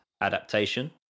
Adaptation